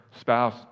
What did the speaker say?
spouse